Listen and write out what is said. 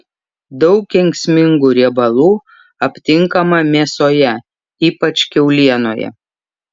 daug kenksmingų riebalų aptinkama mėsoje ypač kiaulienoje